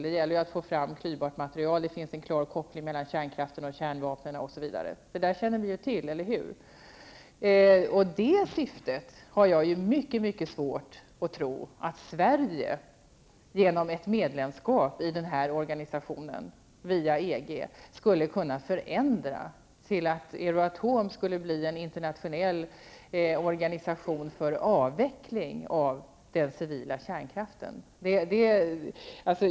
Det gäller att få fram klyvbart material. Det finns en klar koppling mellan kärnkraft och kärnvapen, osv. Det där känner vi till, eller hur? Det syftet har jag mycket svårt att tro att Sverige, genom ett medlemskap i den här organisationen via EG, skulle kunna förändra till att Euratom blir en internationell organisation för avveckling av den civila kärnkraften.